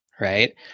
right